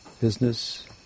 business